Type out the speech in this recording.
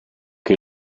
che